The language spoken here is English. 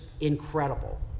incredible